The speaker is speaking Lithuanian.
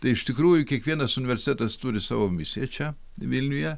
tai iš tikrųjų kiekvienas universitetas turi savo misiją čia vilniuje